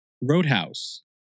Roadhouse